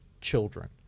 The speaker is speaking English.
children